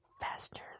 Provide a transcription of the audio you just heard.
Faster